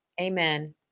Amen